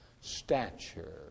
stature